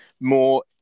more